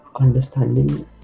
understanding